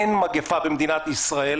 אין מגפה במדינת ישראל,